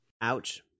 Ouch